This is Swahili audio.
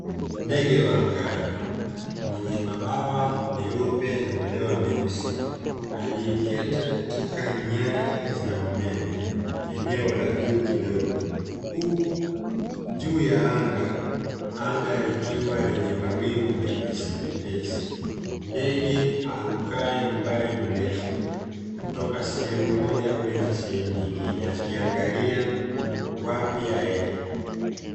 Ndege wa angani mwenye mabawa meupe na madoa meusi aliyeketi katika nyaya za umeme; eneo la juu kidogo huku juu ya anga lenye mawingu mepesimepesi ndege arukae umbali mrefu kutoka sehemu moja kwenda sehemu nyingine akiangalia wapi aende.